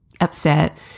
upset